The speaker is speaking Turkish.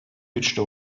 güçlü